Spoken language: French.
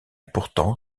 pourtant